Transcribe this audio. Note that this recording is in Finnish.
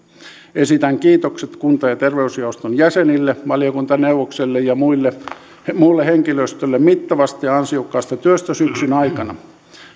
esitän kiitokset kunta ja terveysjaoston jäsenille valiokuntaneuvokselle ja muulle henkilöstölle mittavasta ja ansiokkaasta työstä syksyn aikana